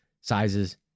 sizes